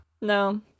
No